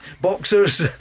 boxers